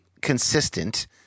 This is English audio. consistent